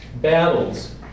battles